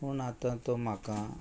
पूण आतां तो म्हाका